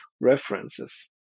references